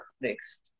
Next